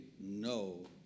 no